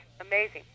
amazing